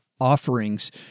offerings